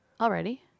Already